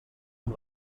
amb